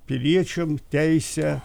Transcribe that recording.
piliečiam teisę